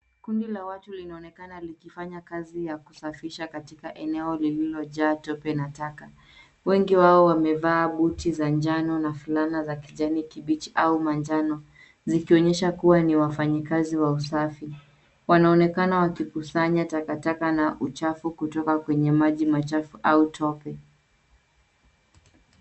Kundi la watu linaonekana likifanya kazi ya kusafisha katika eneo lililojaa tope na taka. Wengi wao wamevaa buti za njano na fulana za kijani kibichi au manjano. Zikionyesha kuwa ni wafanyi kazi wa usafi. Wanaonekana wakikusanya takataka na uchafu kutoka kwenye maji machafu au tope.